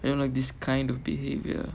I don't like this kind of behaviour